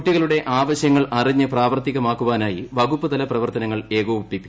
കുട്ടികളുടെ ആവശൃങ്ങളറിഞ്ഞ് പ്രാവർത്തികമാക്കാനായി വകുപ്പ് തല പ്രവർത്തനങ്ങൾ ഏകോപിപ്പിക്കും